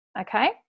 okay